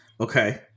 okay